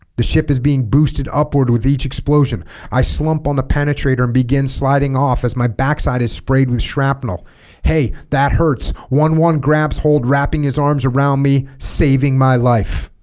the ship is being boosted upward with each explosion i slump on the penetrator and begin sliding off as my backside is sprayed with shrapnel hey that hurts one one grabs hold wrapping his arms around me saving my life